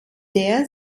der